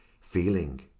feeling